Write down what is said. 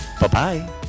Bye-bye